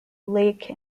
lake